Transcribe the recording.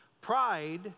pride